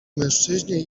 mężczyźnie